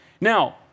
Now